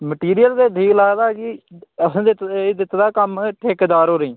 material ते ठीक लाए दा ऐ जी असें ते एह् दित्ते दा कम्म ठेकेदार होरें ई